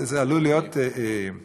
שזה עלול להיות תקדים.